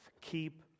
Keep